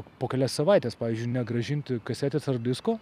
po kelias savaites pavyzdžiui negrąžinti kasetės ar disko